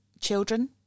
children